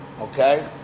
okay